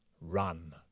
run